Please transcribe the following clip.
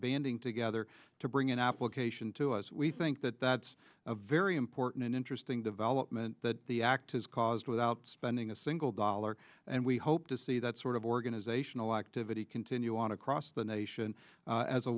banding together to bring an application to us we think that that's a very important and interesting development that the act has caused without spending a single dollar and we hope to see that sort of organizational activity continue on across the nation as a